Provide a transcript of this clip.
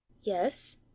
Yes